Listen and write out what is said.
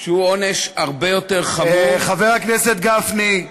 חבר הכנסת גפני,